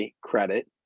credit